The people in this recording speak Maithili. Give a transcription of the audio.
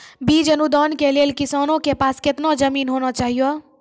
बीज अनुदान के लेल किसानों के पास केतना जमीन होना चहियों?